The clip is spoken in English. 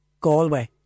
Galway